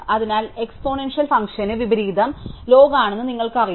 അതിനാൽ എക്സ്പോണൻഷ്യൽ ഫംഗ്ഷന് വിപരീതം ലോഗ് ആണെന്ന് നിങ്ങൾക്കറിയാം